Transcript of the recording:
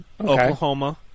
Oklahoma